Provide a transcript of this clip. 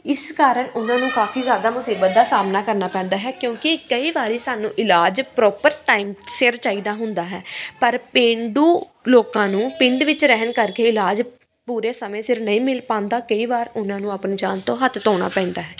ਇਸ ਕਾਰਨ ਉਹਨਾਂ ਨੂੰ ਕਾਫੀ ਜ਼ਿਆਦਾ ਮੁਸੀਬਤ ਦਾ ਸਾਹਮਣਾ ਕਰਨਾ ਪੈਂਦਾ ਹੈ ਕਿਉਂਕਿ ਕਈ ਵਾਰੀ ਸਾਨੂੰ ਇਲਾਜ ਪ੍ਰੋਪਰ ਟਾਈਮ ਸਿਰ ਚਾਹੀਦਾ ਹੁੰਦਾ ਹੈ ਪਰ ਪੇਂਡੂ ਲੋਕਾਂ ਨੂੰ ਪਿੰਡ ਵਿੱਚ ਰਹਿਣ ਕਰਕੇ ਇਲਾਜ ਪੂਰੇ ਸਮੇਂ ਸਿਰ ਨਹੀਂ ਮਿਲ ਪਾਉਂਦਾ ਕਈ ਵਾਰ ਉਹਨਾਂ ਨੂੰ ਆਪਣੀ ਜਾਨ ਤੋਂ ਹੱਥ ਧੋਣਾ ਪੈਂਦਾ